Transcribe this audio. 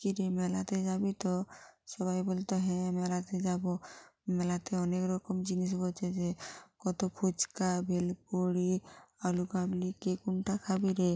কিরে মেলাতে যাবি তো সবাই বলতো হ্যাঁ হ্যাঁ মেলাতে যাবো মেলাতে অনেক রকম জিনিস বসেছে কতো ফুচকা ভেলপুরি আলু কাবলি কে কোনটা খাবি রে